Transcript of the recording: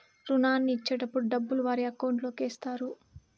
రుణాన్ని ఇచ్చేటటప్పుడు డబ్బులు వారి అకౌంట్ లోకి ఎత్తారు